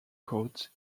coat